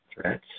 threats